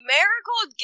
Miracle